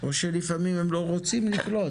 או שלפעמים הם לא רוצים לקלוט.